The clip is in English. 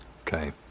Okay